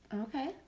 Okay